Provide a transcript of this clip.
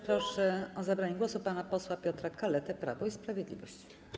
Proszę o zabranie głosu pana posła Piotra Kaletę, Prawo i Sprawiedliwość.